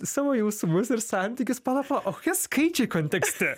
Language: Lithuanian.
savo jausmus ir santykius pala pala o kokie skaičiai kontekste